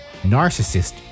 narcissist